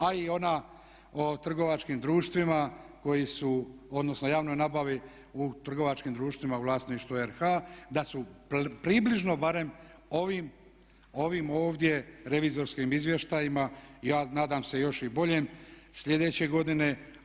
A i ona o trgovačkim društvima koji su odnosno javnoj nabavi u trgovačkim društvima u vlasništvu RH da su približno barem ovim ovdje revizorskim izvještajima ja nadam se još i boljem sljedeće godine.